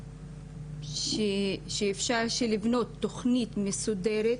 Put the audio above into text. לבקש לבנות תוכנית מסודרת